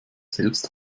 selbst